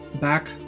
back